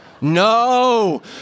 no